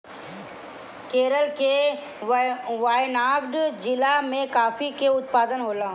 केरल के वायनाड जिला में काफी के उत्पादन होला